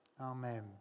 Amen